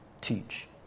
teach